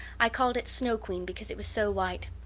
i called it snow queen because it was so white.